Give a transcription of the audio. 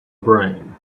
brain